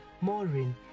Maureen